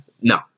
No